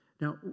Now